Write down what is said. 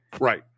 Right